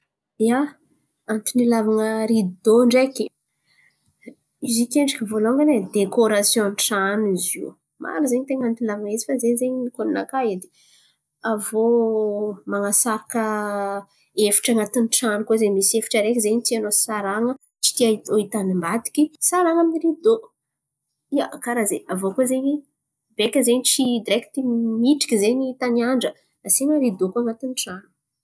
Ia, antony ilàvan̈a ridô ndreky, izy akendriky vôlongany e dekôrasiòn'ny trano izy io. Maro zen̈y ten̈a antony ilàn̈a izy fa ze zen̈y koa aminaka edy. Aviô man̈asaraka efitry an̈atin'ny trano koa zen̈y misy efitry araiky zen̈y tianao sarahan̈a tsy tianao hitan'ny ambadiky sarahan̈a amy ridô. Ia, karà zen̈y. Aviô koa zen̈y beka zen̈y tsy direkty midriky zen̈y taniandra asian̈a ridô koa an̈atin'ny tran̈o.